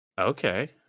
Okay